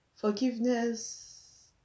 Forgiveness